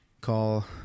call